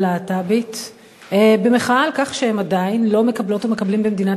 הלהט"בית במחאה על כך שהם עדיין לא מקבלות או מקבלים במדינת